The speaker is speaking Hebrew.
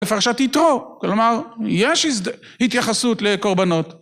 לפרשת יתרו כלומר יש התייחסות לקורבנות